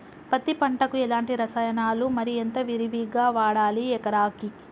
పత్తి పంటకు ఎలాంటి రసాయనాలు మరి ఎంత విరివిగా వాడాలి ఎకరాకి?